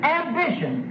ambition